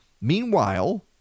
Meanwhile